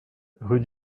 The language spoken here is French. rue